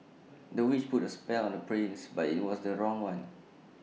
the witch put A spell on the prince but IT was the wrong one